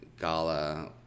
Gala